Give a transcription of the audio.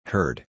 Heard